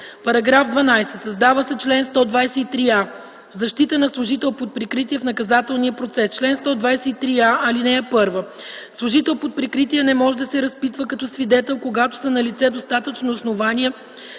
§ 12: „§ 12. Създава се чл. 123а: „Защита на служител под прикритие в наказателния процес Чл. 123а. (1) Служител под прикритие не може да се разпитва като свидетел, когато са налице достатъчно основания